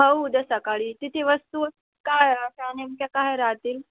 हो उद्या सकाळी तिथे वस्तू कायमच्या काय राहतील